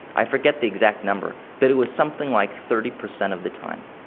i forget the exact number, but it was something like thirty percent of the time.